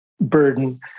burden